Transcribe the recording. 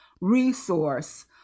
resource